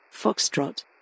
Foxtrot